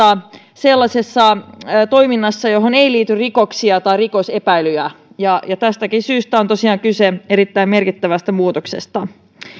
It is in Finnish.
sellaisessa toiminnassa johon ei liity rikoksia tai rikosepäilyjä tästäkin syystä on tosiaan kyse erittäin merkittävästä muutoksesta